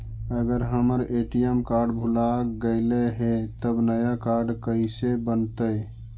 अगर हमर ATM card भुला गैलै हे तब नया काड कइसे बनतै?